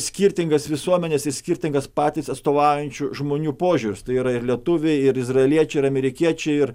skirtingas visuomenes skirtingas patys atstovaujančių žmonių požiūrius tai yra ir lietuviai ir izraeliečiai ir amerikiečiai ir